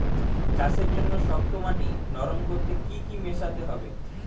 চাষের জন্য শক্ত মাটি নরম করতে কি কি মেশাতে হবে?